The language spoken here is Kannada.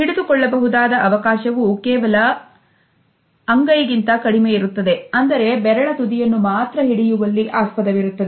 ಹಿಡಿದು ಕೊಳ್ಳಬಹುದಾದ ಅವಕಾಶವೂ ಕೇವಲ ಅಂಗಂತ ಕಡಿಮೆ ಇರುತ್ತದೆ ಅಂದರೆ ಬೆರಳ ತುದಿಯನ್ನು ಮಾತ್ರ ಹಿಡಿಯುವಲ್ಲಿ ಆಸ್ಪದ ವಿರುತ್ತದೆ